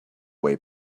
way